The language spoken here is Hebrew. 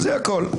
זה הכול.